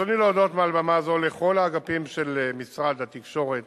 ברצוני להודות מעל במה זו לכל האגפים של משרד התקשורת